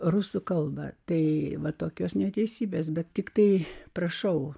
rusų kalba tai va tokios neteisybės bet tiktai prašau